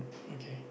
okay